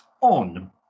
on